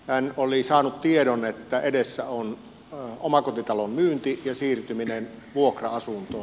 hän oli saanut tiedon että edessä on omakotitalon myynti ja siirtyminen vuokra asuntoon